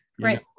Right